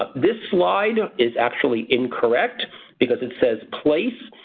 ah this slide is actually incorrect because it says place.